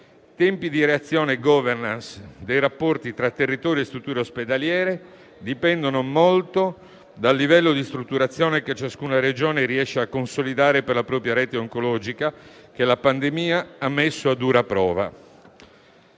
Tempi di reazione e *governance* dei rapporti tra territori e strutture ospedaliere dipendono molto dal livello di strutturazione che ciascuna Regione riesce a consolidare per la propria rete oncologica che la pandemia ha messo a dura prova.